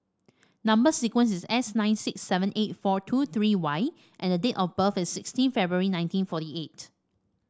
number sequence is S nine six seven eight four two three Y and date of birth is sixteen February nineteen forty eight